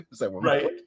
Right